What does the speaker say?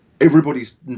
everybody's